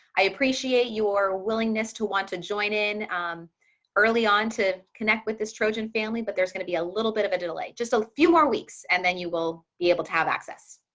i appreciate your willingness to want to join in early on, to connect with this trojan family, but there's going to be a little bit of a delay, just a few more weeks and then you will be able to have access